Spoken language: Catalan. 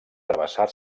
travessar